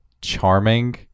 charming